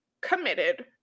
committed